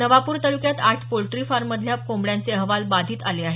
नवापूर तालुक्यात आठ पोल्ट्री फार्ममधल्या कोंबड्यांचे अहवाल बाधित आले आहेत